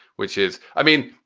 which is i mean,